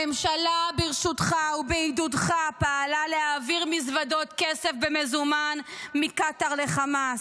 הממשלה ברשותך ובעידודך פעלה להעביר מזוודות כסף במזומן מקטאר לחמאס,